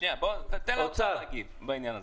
תן לאוצר להגיב בעניין הזה.